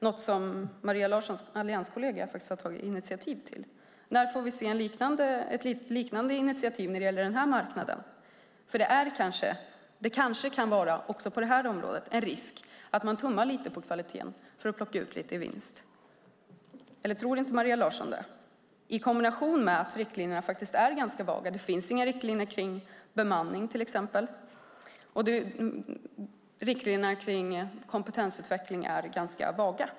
Det har faktiskt Maria Larssons allianskollega tagit initiativ till. När får vi se ett liknande initiativ när det gäller den här marknaden? Det kanske också på det här området kan finnas en risk att man tummar lite på kvaliteten för att plocka ut vinst. Tror inte Maria Larsson det? Riktlinjerna är ganska vaga. Det finns inga riktlinjer för bemanning till exempel, och riktlinjerna för kompetensutveckling är ganska vaga.